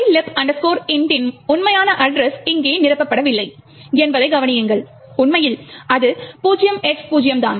Mylib int இன் உண்மையான address இங்கே நிரப்பப்படவில்லை என்பதைக் கவனியுங்கள் உண்மையில் அது 0X0 தான்